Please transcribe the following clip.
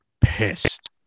pissed